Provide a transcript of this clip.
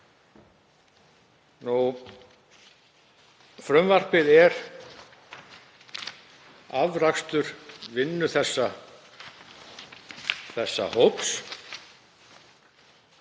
Frumvarpið er afrakstur vinnu þessa hóps,